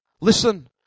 Listen